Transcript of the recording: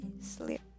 sleep